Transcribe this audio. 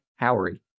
Howery